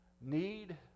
need